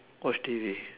watch T_V